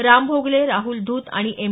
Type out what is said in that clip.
राम भोगले राहुल धुत आणि एम